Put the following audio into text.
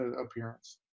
appearance